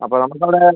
അപ്പം നമുക്ക് അവിടെ